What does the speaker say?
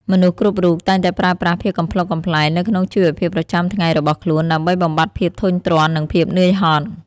មនុស្សគ្រប់រូបតែងតែប្រើប្រាស់ភាពកំប្លុកកំប្លែងនៅក្នុងជីវភាពប្រចាំថ្ងៃរបស់ខ្លួន ដើម្បីបំបាត់ភាពធុញទ្រាន់និងភាពនឿយហត់។